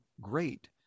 great